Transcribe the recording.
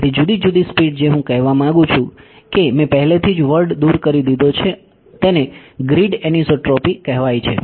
તેથી જુદી જુદી સ્પીડ જે હું કહેવા માંગુ છું કે મેં પહેલેથી જ વર્ડ દૂર કરી દીધો છે તેને ગ્રીડ એનિસોટ્રોપી કહેવાય છે